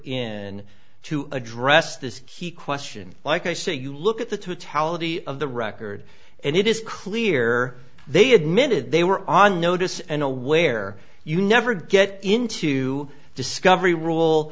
in to address this key question like i say you look at the totality of the record and it is clear they admitted they were on notice and aware you never get into discovery rule